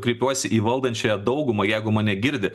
kreipiuosi į valdančiąją daugumą jeigu mane girdi